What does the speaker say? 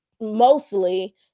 mostly